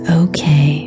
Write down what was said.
okay